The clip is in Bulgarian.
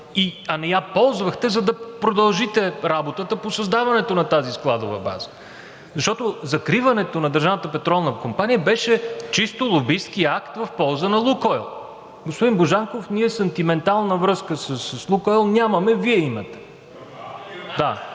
а не я ползвахте, за да продължите работата по създаването на тази складова база? Защото закриването на Държавната петролна компания беше чисто лобистки акт в полза на „Лукойл“. Господин Божанков, ние сантиментална връзка с „Лукойл“ нямаме, Вие имате, да...